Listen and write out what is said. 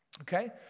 okay